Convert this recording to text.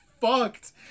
fucked